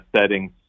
settings